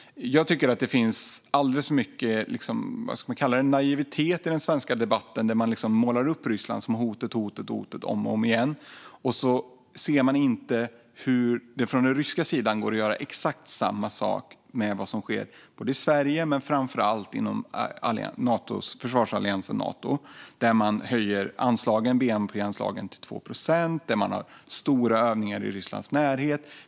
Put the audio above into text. Jag tycker att det finns alldeles för mycket naivitet i den svenska debatten. Man målar upp Ryssland som hotet om och om igen och ser inte hur det från den ryska sidan går att göra exakt samma sak med vad som sker både i Sverige och - framför allt - inom försvarsalliansen Nato, som höjer bnp-anslagen till 2 procent och har stora övningar i Rysslands närhet.